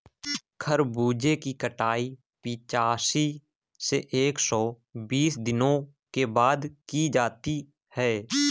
खरबूजे की कटाई पिचासी से एक सो बीस दिनों के बाद की जाती है